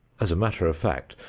as a matter of fact,